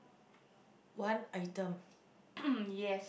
yes